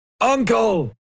Uncle